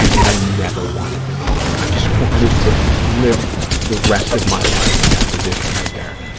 and i never wanted to move. i just wanted to live the rest of my life in that position right there.